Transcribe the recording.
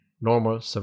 normal